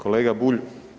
Kolega Bulj.